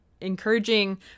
encouraging